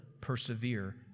persevere